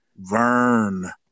Vern